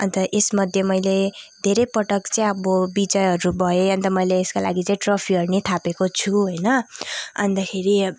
अन्त यस मध्ये मैले धेरैपटक चाहिँ अब विजयहरू भएँ अन्त मैले यसको लागि चाहिँ ट्रफीहरू नि थापेको छु होइन अन्तखेरि